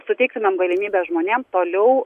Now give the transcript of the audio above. suteiktumėm galimybę žmonėms toliau